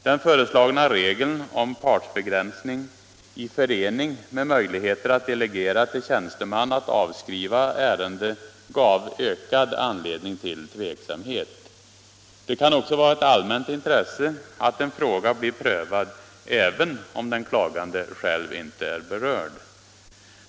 Den föreslagna regeln om partsbegränsning i förening med möjligheter att till tjänsteman delegera befogenhet att avskriva ärenden gav ökad anledning till tveksamhet. Det kan också vara ett allmänt intresse att en fråga blir prövad, även om den klagande själv inte är berörd.